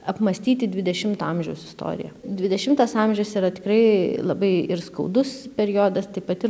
apmąstyti dvidešimto amžiaus istoriją dvidešimtas amžius yra tikrai labai ir skaudus periodas taip pat ir